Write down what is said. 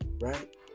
right